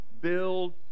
build